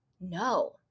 no